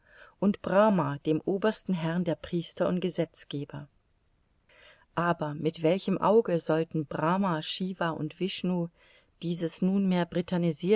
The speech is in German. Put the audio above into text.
und brahma dem obersten herrn der priester und gesetzgeber aber mit welchem auge sollten brahma shiwa und wishnu dieses nunmehr